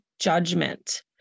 judgment